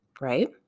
right